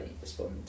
respond